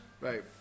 Right